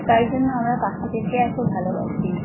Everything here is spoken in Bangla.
তাই জন্য আমরা পাখিদেরকে এত ভালোবাসি